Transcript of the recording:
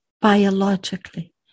biologically